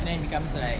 and then it becomes like